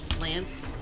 Lance